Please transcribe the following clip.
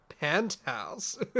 penthouse